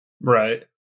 Right